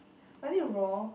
was it raw